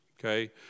Okay